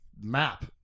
map